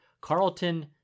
Carlton